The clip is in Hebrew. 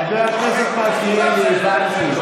חבר הכנסת מלכיאלי, הבנתי.